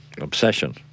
Obsession